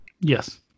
Yes